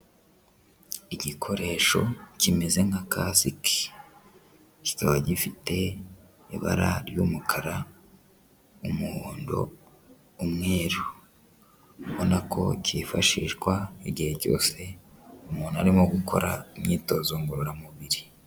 Igikoresho kimeze nka Kasiki, kikaba gifite ibara ry'umukara, umuhondo, umweru ubonako kifashishwa igihe cyose umuntu arimo gukora imyitozo ngororamubiri.